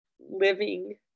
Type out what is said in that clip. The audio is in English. living